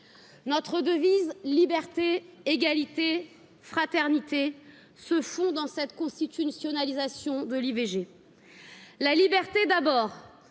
notre devise liberté, égalité, fraternité se font dans cette constitutionnalisation de l'ivg La liberté, d'abord,